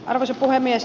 arvoisa puhemies